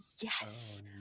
yes